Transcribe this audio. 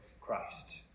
Christ